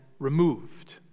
removed